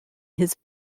his